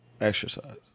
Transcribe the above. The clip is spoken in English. Exercise